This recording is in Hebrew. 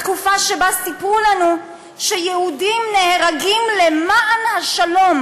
התקופה שבה סיפרו לנו שיהודים נהרגים למען השלום.